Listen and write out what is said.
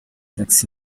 taxi